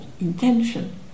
intention